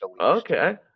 Okay